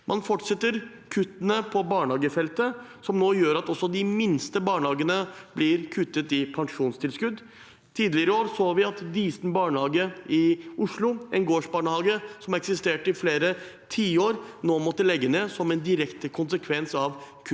Man fortsetter kuttene på barnehagefeltet, som nå gjør at også de minste barnehagene får kutt i pensjonstilskudd. Tidligere i år så vi at Disen barnehage i Oslo, en gårdsbarnehage som har eksistert i flere tiår, måtte legge ned som en direkte konsekvens av kuttene